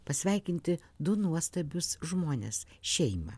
pasveikinti du nuostabius žmones šeimą